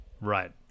Right